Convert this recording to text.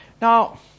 Now